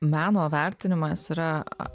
meno vertinimas yra